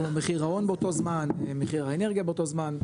כמו מחיר ההון באותו זמן מחיר האנרגיה באותו זמן,